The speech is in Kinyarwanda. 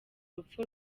rupfu